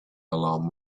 alarm